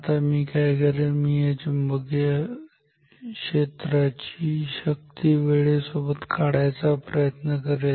आता मी काय करेल मी या चुंबकीय क्षेत्राची शक्ती वेळेसोबत काढण्याचा प्रयत्न करेल